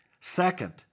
Second